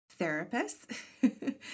therapists